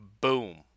Boom